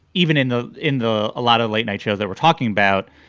even in the in the a lot of late night shows that we're talking about,